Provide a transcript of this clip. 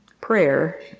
Prayer